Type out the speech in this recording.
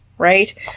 right